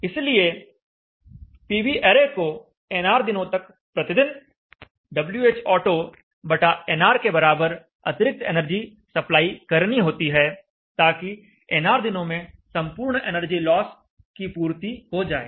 इसलिए PV array को nr दिनों तक प्रतिदिन Whauto बटा nr के बराबर अतिरिक्त एनर्जी सप्लाई करनी होती है ताकि nr दिनों में संपूर्ण एनर्जी लॉस की पूर्ति हो जाए